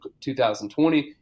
2020